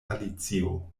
alicio